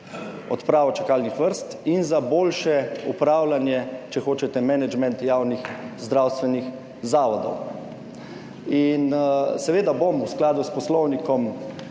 odpravo čakalnih vrst in za boljše upravljanje, če hočete menedžment javnih zdravstvenih zavodov. In seveda bom v skladu s Poslovnikom